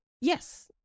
yes